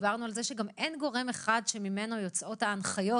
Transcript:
דיברנו על זה שגם אין גורם אחד שממנו יוצאות ההנחיות